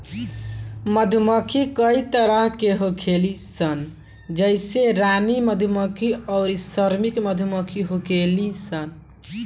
मधुमक्खी कई तरह के होखेली सन जइसे रानी मधुमक्खी अउरी श्रमिक मधुमक्खी होखेली सन